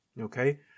okay